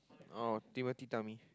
oh Timothy tummy